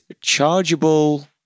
chargeable